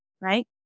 right